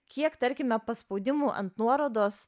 kiek tarkime paspaudimų ant nuorodos